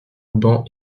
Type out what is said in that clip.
banc